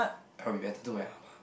I'll be better to my Ah-Ma